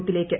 ബൂത്തിലേക്ക്